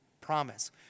promise